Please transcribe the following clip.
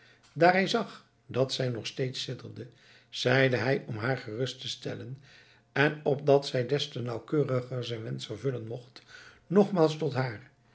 hij zag dat zij nog steeds sidderde zeide hij om haar gerust te stellen en opdat zij des te nauwkeuriger zijn wensch vervullen mocht nogmaals tot haar